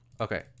okay